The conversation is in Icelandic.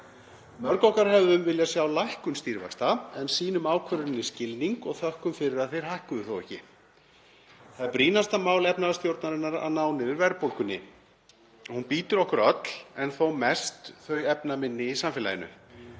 Mörg okkar hefðu viljað sjá lækkun stýrivaxta en sýnum ákvörðuninni skilning og þökkum fyrir að þeir hækkuðu þó ekki. Það er brýnasta mál efnahagsstjórnarinnar að ná niður verðbólgunni. Hún bítur okkur öll en þó mest þau efnaminni í samfélaginu.